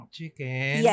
Chicken